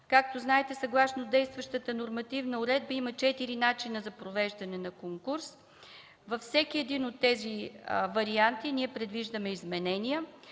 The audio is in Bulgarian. Както знаете, съгласно действащата нормативна уредба има четири начина за провеждане на конкурс. Във всеки един от тези варианти ние предвиждаме изменения.